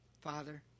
Father